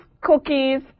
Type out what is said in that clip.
cookies